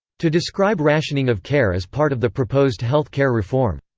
to describe rationing of care as part of the proposed health care reform.